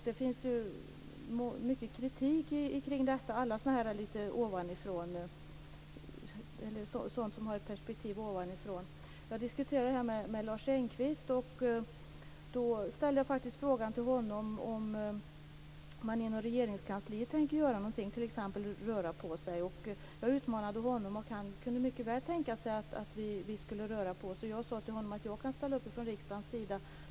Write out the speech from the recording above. Det förekommer ofta kritik mot sådant som har ett perspektiv ovanifrån. Jag diskuterade detta med Lars Engqvist och ställde då frågan till honom om man inom Regeringskansliet tänker göra något, t.ex. röra på sig. Jag utmanade honom, och han kunde mycket väl tänka sig att vi skulle göra något för att röra på oss. Jag sade till honom att jag kan ställa upp från riksdagens sida.